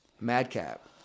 Madcap